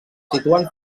situen